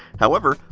however,